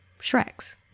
Shreks